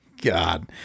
God